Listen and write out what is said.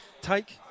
take